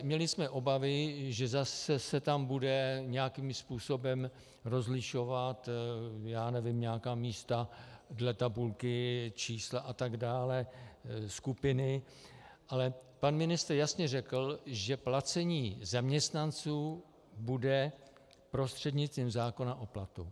Měli jsme obavy, že se tam zase budou nějakým způsobem rozlišovat nějaká místa dle tabulky, čísla atd., skupiny, ale pan ministr jasně řekl, že placení zaměstnanců bude prostřednictvím zákona o platu.